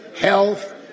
health